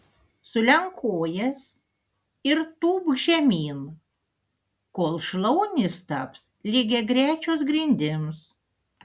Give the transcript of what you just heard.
sulenk kojas ir tūpk žemyn kol šlaunys taps lygiagrečios grindims